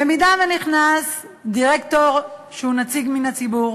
במידה שנכנס דירקטור שהוא נציג הציבור,